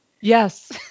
Yes